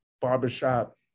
barbershop